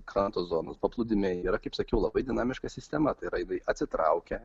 kranto zonos paplūdimiai yra kaip sakiau labai dinamiška sistema tai raidai atsitraukia